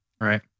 Right